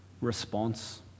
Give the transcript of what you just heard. response